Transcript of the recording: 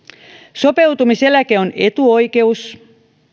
sopeutumiseläke on etuoikeus